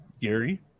Gary